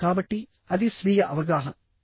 కాబట్టి అది స్వీయ అవగాహన